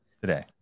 today